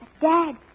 Dad